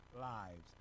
lives